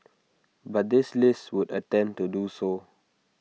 but this list would attempt to do so